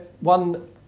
one